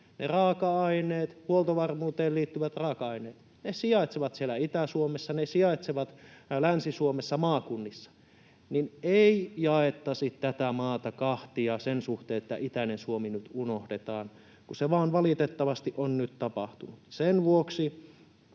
ne raaka-aineet, huoltovarmuuteen liittyvät raaka-aineet, sijaitsevat siellä Itä-Suomessa, ne sijaitsevat Länsi-Suomessa, maakunnissa. Toivon, että ei jaettaisi tätä maata kahtia sen suhteen, että itäinen Suomi nyt unohdetaan, mutta se vaan valitettavasti on nyt tapahtunut. Sen vuoksi